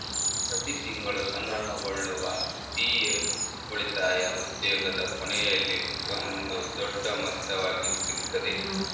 ಪ್ರತಿ ತಿಂಗಳು ಸಂಗ್ರಹಗೊಳ್ಳುವ ಪಿ.ಎಫ್ ಉಳಿತಾಯ ಉದ್ಯೋಗದ ಕೊನೆಯಲ್ಲಿ ಒಂದು ದೊಡ್ಡ ಮೊತ್ತವಾಗಿ ಸಿಗ್ತದೆ